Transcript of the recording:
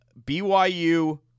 BYU